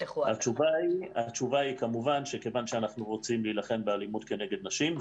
התשובה היא כמובן שכיוון שאנחנו רוצים להילחם באלימות כנגד נשים.